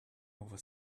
over